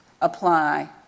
apply